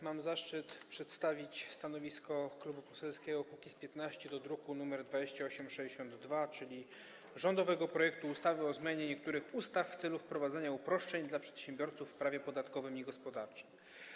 Mam zaszczyt przedstawić stanowisko Klubu Poselskiego Kukiz’15 dotyczące druku nr 2862, czyli rządowego projektu ustawy o zmianie niektórych ustaw w celu wprowadzenia uproszczeń dla przedsiębiorców w prawie podatkowym i gospodarczym.